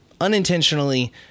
unintentionally